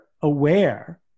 aware